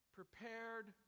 prepared